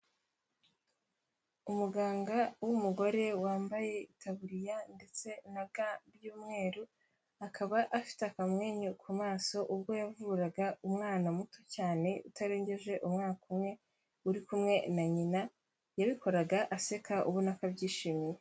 Umuganga w'umugore wambaye itaburiya ndetse na ga by'umweru, akaba afite akamwenyu ku maso ubwo yavuraga umwana muto cyane utarengeje umwaka umwe uri kumwe na nyina, yabikoraga aseka ubona ko abyishimiye.